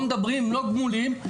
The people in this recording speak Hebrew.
לא מדברים, לא גמולים.